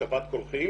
השבת קולחין.